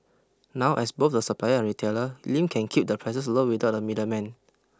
now as both the supplier and retailer Lim can keep the prices low without the middleman